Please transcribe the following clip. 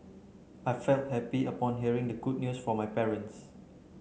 I felt happy upon hearing the good news from my parents